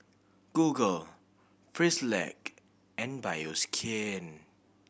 Google Frisolac and Bioskin